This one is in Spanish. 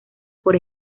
por